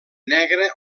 negre